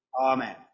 Amen